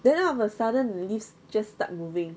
then out of a sudden the lift just start moving